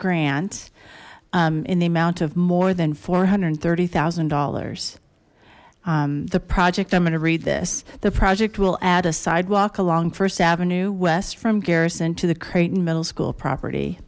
grant in the amount of more than four hundred thirty thousand dollars the project i'm going to read this the project will add a sidewalk along first avenue west from garrison to the creighton middle school property